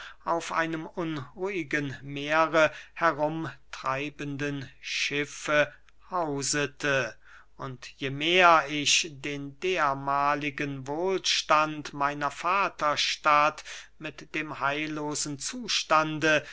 auf einem unruhigen meere herumtreibenden schiffe hausete und je mehr ich den dermahligen wohlstand meiner vaterstadt mit dem heillosen zustande